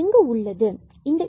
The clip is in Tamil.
எங்கு உள்ளது இரண்டு புள்ளிகள்